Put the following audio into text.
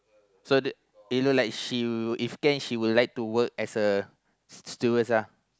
so the you know like she if can she would like to work as a stewardess lah